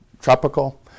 tropical